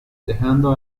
dejando